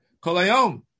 kolayom